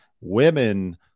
women